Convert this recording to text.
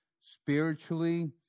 spiritually